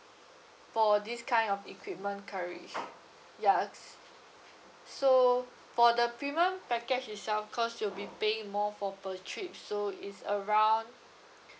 for this kind of equipment coverage ya s~ so for the premium package itself cause you'll be paying more for per trip so it's around